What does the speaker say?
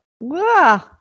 Wow